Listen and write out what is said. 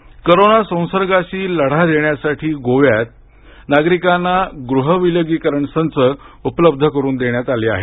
Goa corona संसर्गाशी लढा देण्यासाठी गोव्यात नागरिकांना गृहविलगीकरण संच उपलब्ध करून देण्यात आले आहेत